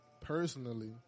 personally